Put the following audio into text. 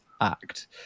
Act